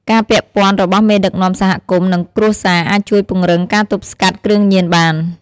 ការពាក់ព័ន្ធរបស់មេដឹកនាំសហគមន៍ និងគ្រួសារអាចជួយពង្រឹងការទប់ស្កាត់ គ្រឿងញៀនបាន។